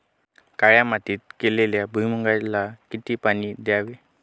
काळ्या मातीत केलेल्या भुईमूगाला किती पाणी द्यावे?